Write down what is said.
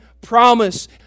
promise